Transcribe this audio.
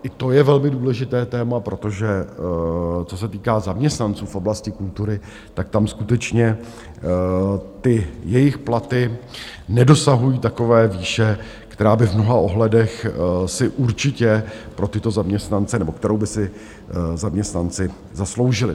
I to je velmi důležité téma, protože co se týká zaměstnanců v oblasti kultury, tak tam skutečně ty jejich platy nedosahují takové výše, která by v mnoha ohledech si určitě pro tyto zaměstnance... nebo kterou by si zaměstnanci zasloužili.